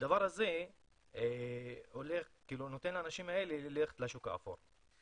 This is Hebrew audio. הדבר הזה גורם לאנשים האלה ללכת לשוק האפור.